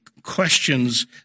questions